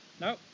no